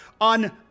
on